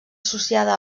associada